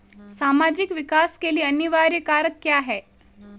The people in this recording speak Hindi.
सामाजिक विकास के लिए अनिवार्य कारक क्या है?